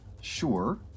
sure